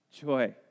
Joy